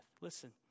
Listen